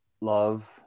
love